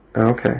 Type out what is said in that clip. Okay